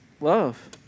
love